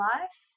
Life